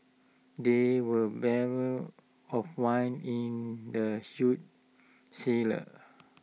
there were barrels of wine in the huge cellar